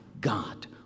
God